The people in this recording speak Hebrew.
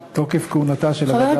ותוקף כהונתה של הוועדה הזאת,